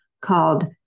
called